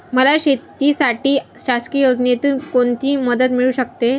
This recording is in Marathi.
मला शेतीसाठी शासकीय योजनेतून कोणतीमदत मिळू शकते?